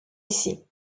ici